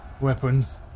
weapons